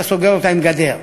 יבשתית, שאתה סוגר אותה עם גדר,